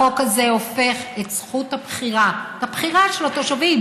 החוק הזה הופך את זכות הבחירה, הבחירה של התושבים